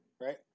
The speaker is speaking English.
right